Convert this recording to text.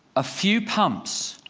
a few pumps.